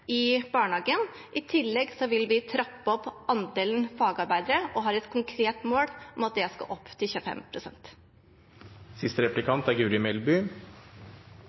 i barnehagen. I tillegg vil vi trappe opp andelen fagarbeidere og har et konkret mål om at den skal opp til 25 pst. Kompetanse er